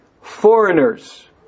foreigners